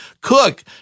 cook